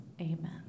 Amen